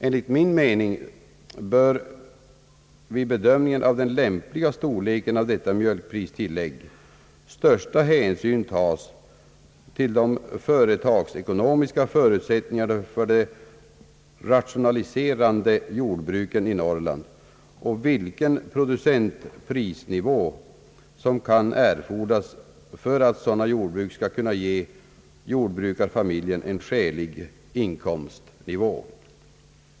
Enligt min mening bör vid bedömningen av den lämpliga storleken av detta mjölkpristillägg största hänsyn tagas till de företagsekonomiska förutsättningarna för de rationaliserande jordbruken i Norrland och vilken producentprisnivån som kan erfordras för att sådana jordbruk skall kunna ge jordbrukarfamiljen en skälig inkomstnivå.